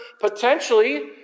potentially